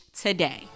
today